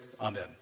Amen